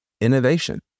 innovation